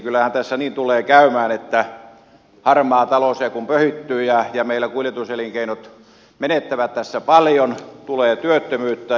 kyllähän tässähän niin tulee käymään että harmaa talous sen kun pöhöttyy ja meillä kuljetuselinkeinot menettävät tässä paljon tulee työttömyyttä